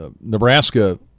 Nebraska